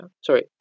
sorry